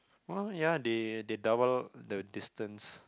!wow! ya they they double the distance